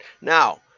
Now